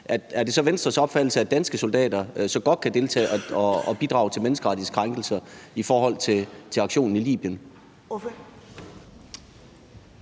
Er det så Venstres opfattelse, at danske soldater godt kan deltage og bidrage til menneskerettighedskrænkelser i aktionen i Libyen?